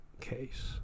case